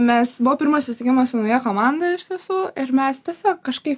mes buvo pirmas susitikimas su nauja komanda iš tiesų ir mes tiesiog kažkaip